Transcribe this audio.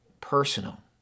personal